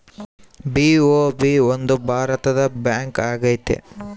BOB ಒಂದು ಭಾರತದ bank ಆಗೈತೆ